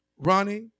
Ronnie